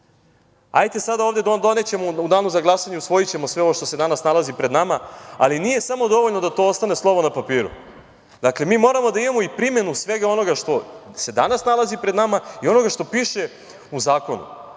Hajde sad, donećemo, u danu za glasanje usvojićemo sve ovo što se danas nalazi pred nama, ali nije samo dovoljno da to ostane slovo na papiru. Mi moramo da imamo i primenu svega onoga što se danas nalazi pred nama i onoga što piše u zakonu.